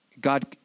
God